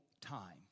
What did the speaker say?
time